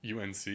UNC